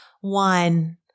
one